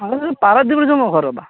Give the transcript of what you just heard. ମୁଁ ଯେଉଁ ପାରାଦ୍ୱୀପରେ ଯେଉଁ ମୋ ଘର ବା